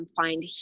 find